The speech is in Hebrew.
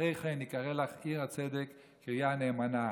אחרי כך יקרֵא לך עיר הצדק קריה נאמנה".